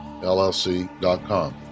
llc.com